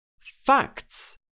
Facts